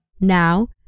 Now